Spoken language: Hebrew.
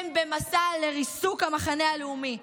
הם במסע לריסוק המחנה הלאומי.